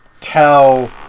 tell